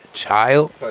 child